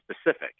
specific